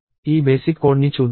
ఈ బేసిక్ కోడ్ని చూద్దాం